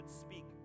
speak